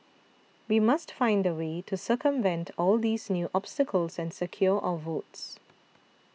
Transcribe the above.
we must find a way to circumvent all these new obstacles and secure our votes